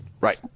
Right